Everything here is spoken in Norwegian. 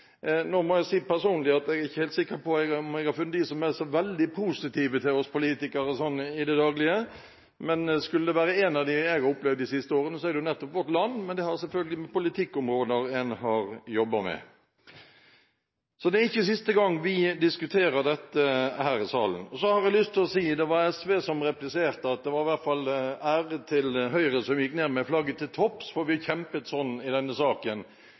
Nå må jeg si at jeg personlig ikke er helt sikker på om jeg har funnet dem som er så veldig positive til oss politikere sånn i det daglige, men skulle det være én av dem jeg har opplevd de siste årene, er det Vårt Land. Det har selvfølgelig å gjøre med politikkområder en har jobbet med. Det er ikke siste gang vi diskuterer dette her i salen. SV repliserte at det iallfall var ære til Høyre, som gikk ned med flagget til topps, fordi vi kjempet sånn i denne saken.